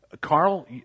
Carl